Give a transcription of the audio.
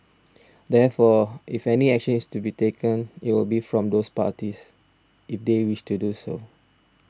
therefore if any action is to be taken it would be from those parties if they wish to do so